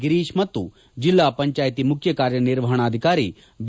ಗಿರೀಶ್ ಮತ್ತು ಜಿಲ್ಲಾ ಪಂಚಾಯಿತಿ ಮುಖ್ಯಕಾರ್ಯನಿರ್ವಹಣಾಧಿಕಾರಿ ಬಿ